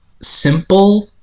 simple